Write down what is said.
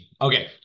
okay